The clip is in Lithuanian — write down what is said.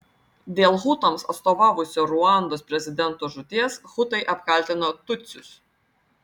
dėl hutams atstovavusio ruandos prezidento žūties hutai apkaltino tutsius